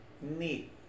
Neat